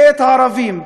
של ערבים,